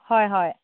হয় হয়